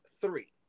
three